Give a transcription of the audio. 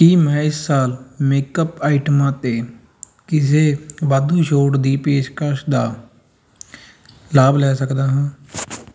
ਕੀ ਮੈਂ ਇਸ ਸਾਲ ਮੇਕਅਪ ਆਈਟਮਾਂ 'ਤੇ ਕਿਸੇ ਵਾਧੂ ਛੋਟ ਦੀ ਪੇਸ਼ਕਸ਼ ਦਾ ਲਾਭ ਲੈ ਸਕਦਾ ਹਾਂ